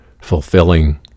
fulfilling